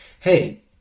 Hey